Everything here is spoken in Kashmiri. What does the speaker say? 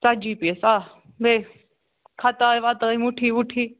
ژتجی پیٖس آ بیٚیہِ ختاے وتٲے مُٹھی وُٹھی